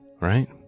right